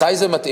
מתי זה מתאים?